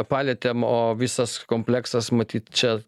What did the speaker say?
palietėm o visas kompleksas matyt čia